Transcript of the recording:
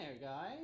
guys